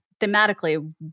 thematically